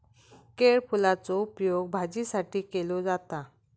केळफुलाचो उपयोग भाजीसाठी केलो जाता